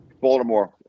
baltimore